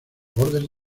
bordes